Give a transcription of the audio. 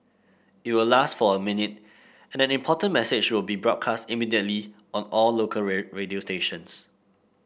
it will last for a minute and an important message will be broadcast immediately on all local radio stations